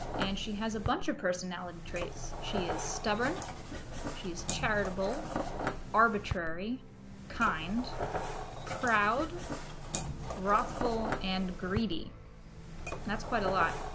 and she has a bunch of personality traits she is stubborn she's charitable arbitrary kind proud wrathful and greedy that's quite a lot